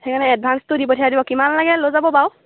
সেইকাৰণে এডভাঞ্চসটো দি পঠিয়াই দিব কিমান লাগে লৈ যাব বাৰু